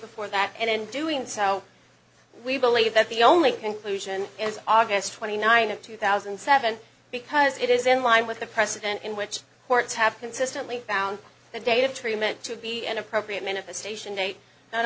before that and in doing so we believe that the only conclusion is august twenty ninth of two thousand and seven because it is in line with the precedent in which courts have consistently found the date of treatment to be an appropriate manifestation date not